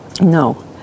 No